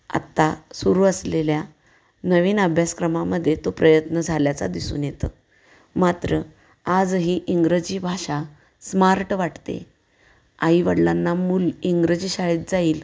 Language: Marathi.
आत्ता सुरू असलेल्या नवीन अभ्यासक्रमामध्ये तो प्रयत्न झाल्याचा दिसून येतं मात्र आजही इंग्रजी भाषा स्मार्ट वाटते आई वडिलांना मूल इंग्रजी शाळेत जाईल